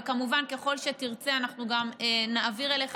וכמובן ככל שתרצה אנחנו גם נעביר אליך